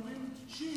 אומרים שיעים,